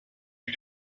you